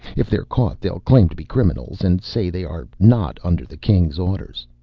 if they're caught they'll claim to be criminals and say they are not under the king's orders.